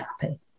happy